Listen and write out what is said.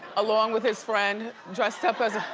along with his friend dressed up as